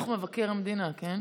זה דוח מבקר המדינה, כן?